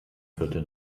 viertel